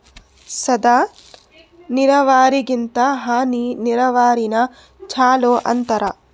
ಸಾದ ನೀರಾವರಿಗಿಂತ ಹನಿ ನೀರಾವರಿನ ಚಲೋ ಅಂತಾರ